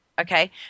Okay